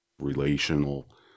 relational